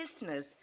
listeners